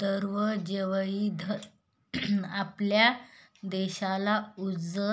द्रव जैवइंधन आपल्या देशाला ऊर्जा